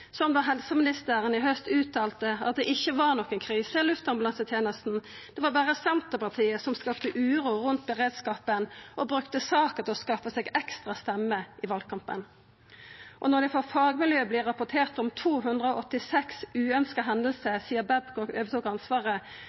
da helseministeren i haust uttalte at det ikkje var noka krise i luftambulansetenesta, det var berre Senterpartiet som skapte uro rundt beredskapen og brukte saka til å skaffa seg ekstra stemmer i valkampen. Når det frå fagmiljø vert rapportert om 286 uønskte hendingar sidan Babcock overtok ansvaret,